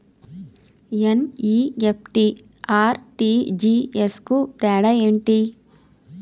NEFT, RTGS కు తేడా ఏంటి?